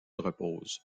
repose